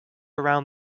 around